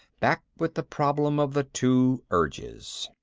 back with the problem of the two urges.